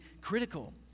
critical